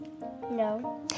No